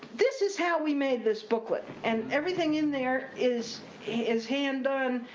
this is how we made this booklet. and, everything in there is is hand done,